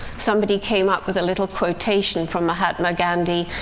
somebody came up with a little quotation from mahatma gandhi,